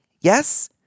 Yes